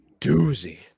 doozy